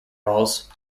balls